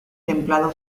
templado